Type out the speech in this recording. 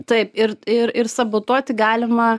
taip ir ir ir sabotuoti galima